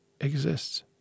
exists